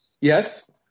Yes